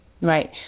Right